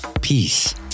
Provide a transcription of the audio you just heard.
Peace